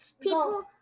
people